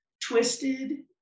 Twisted